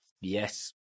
Yes